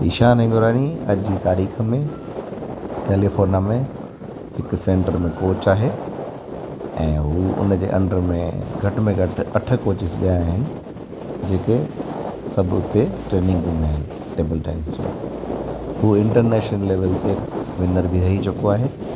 ईशान हिंगोरानी अॼ जी तारीख़ में कैलिफोरनिया में हिकु सैंटर में कोच आहे ऐं हू उन जे अंडर में घटि में घटि अठ कोचिस ॿिया आहिनि जेको सभु हुते ट्रेनिंग ॾींदा आहिनि टेबल टैनिस जूं उहे इंटरनैशनल लैवल ते विनर बि रही चुको आहे